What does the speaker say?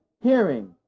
hearing